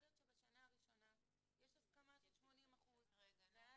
יכול להיות שבשנה הראשונה יש הסכמה של 80%. ואז,